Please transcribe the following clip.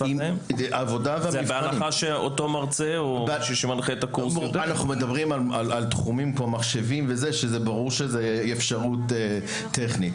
בשפה העברית כי הוא יתבייש ולא תהיה לו האפשרות לעשות את זה.